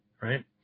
right